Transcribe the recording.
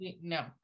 no